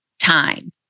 time